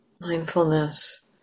mindfulness